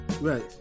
Right